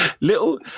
little